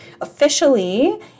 officially